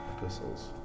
epistles